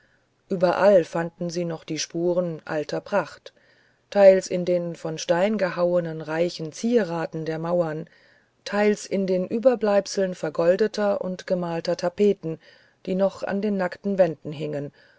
überall fanden sie noch die spuren alter pracht teils in den von stein gehauenen reichen zieraten der mauern teils in den überbleibseln vergoldeter oder gemalter tapeten die noch an den nackten wänden hingen